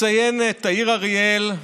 מציינת העיר אריאל,